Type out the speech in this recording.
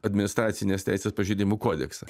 administracinės teisės pažeidimų kodeksą